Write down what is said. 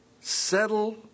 Settle